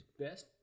best